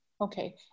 Okay